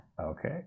Okay